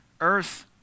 earth